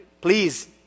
please